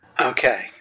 Okay